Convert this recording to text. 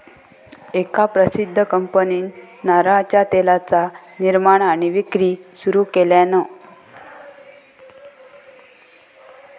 एका प्रसिध्द कंपनीन नारळाच्या तेलाचा निर्माण आणि विक्री सुरू केल्यान